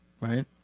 right